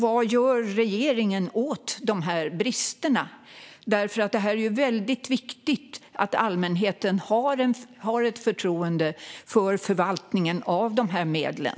Vad gör regeringen åt dessa brister? Det är ju väldigt viktigt att allmänheten har förtroende för förvaltningen av dessa medel.